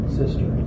sister